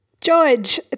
George